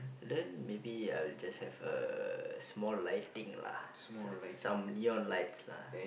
then maybe I will just have a small lighting lah s~ some neon lights lah